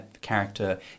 character